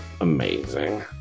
amazing